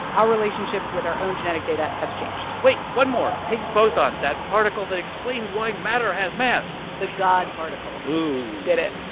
our relationship with our own genetic data has changed wait, one more higgs boson, that particle that explains why matter has mass the god particle did it.